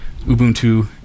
Ubuntu